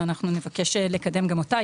ואנחנו נבקש לקדם גם אותה.